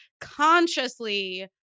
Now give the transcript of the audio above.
consciously